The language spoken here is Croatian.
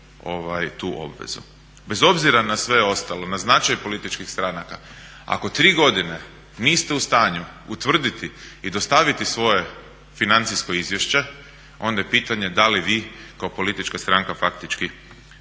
tu obvezu. Bez obzira na sve ostalo, na značaj političkih stranaka. Ako 3 godine niste u stanju utvrditi i dostaviti svoje financijsko izvješće onda je pitanje da li vi kao politička stranka faktički